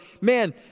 man